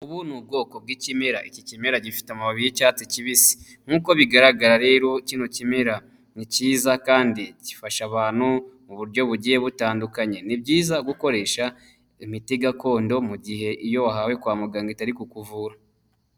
Ubu ni ubwoko bw'ikimera. Iki kimera gifite amababi y'icyatsi kibisi. Nk'uko bigaragara rero kino kimerara ni cyiza kandi gifasha abantu, mu buryo bugiye butandukanye. Ni byiza gukoresha imiti gakondo, mu gihe iyo wahawe kwa muganga itari kukuvura.